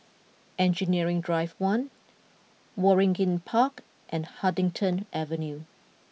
Engineering Drive one Waringin Park and Huddington Avenue